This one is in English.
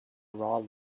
law